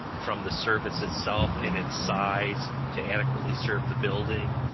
from the service itself and its size to adequately serve the building,